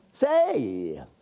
say